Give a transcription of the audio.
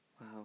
Wow